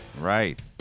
Right